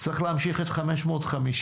צריך להמשיך את 550,